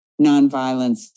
nonviolence